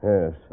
Yes